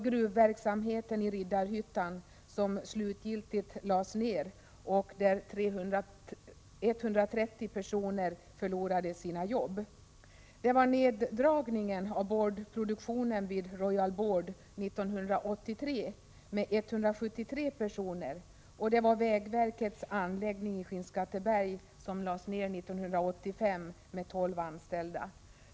Gruvverksamheten i Riddarhyttan lades slutgiltigt ned, varvid 130 personer förlorade sina jobb. Neddragningen av boardproduktionen vid Royal Board 1983 drabbade 173 personer, och vägverkets anläggning i Skinnskatteberg med 12 anställda lades ned 1975.